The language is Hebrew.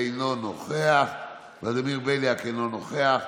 אינו נוכח; ולדימיר בליאק, אינו נוכח,